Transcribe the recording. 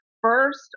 first